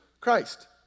Christ